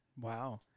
Wow